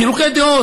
חילוקי דעות,